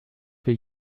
für